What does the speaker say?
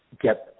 get